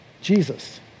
Jesus